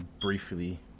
briefly